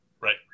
Right